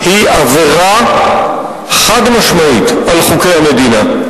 היא עבירה חד-משמעית על חוקי המדינה.